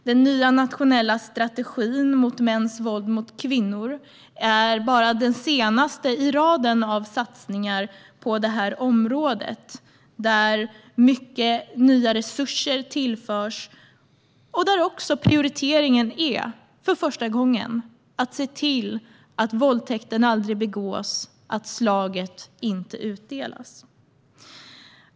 Den nya nationella strategin mot mäns våld mot kvinnor är bara den senaste i raden av satsningar på området, där mycket nya resurser tillförs och där också prioriteringen för första gången är att se till att våldtäkten aldrig begås och att slaget inte utdelas.